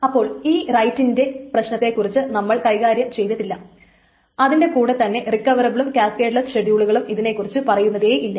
അപ്പോൾ ഈ റൈറ്റിന്റെ പ്രശ്നത്തെക്കുറിച്ച് നമ്മൾ കൈകാര്യം ചെയ്തിട്ടില്ല അതിന്റെ കൂടെ തന്നെ റിക്കവറബിളുകളും കാസ്കേഡ്ലെസ്സ് ഷെഡ്യൂളുകളും ഇതിനെക്കുറിച്ച് പറയുന്നതേയില്ല